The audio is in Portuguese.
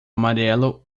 amarelo